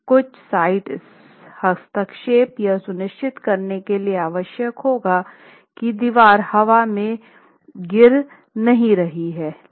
कुछ साइट हस्तक्षेप यह सुनिश्चित करने के लिए आवश्यक होगा कि दीवार हवा में गिर नहीं रही है